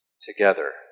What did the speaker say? together